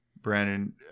Brandon